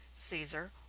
caesar,